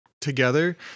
together